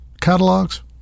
catalogs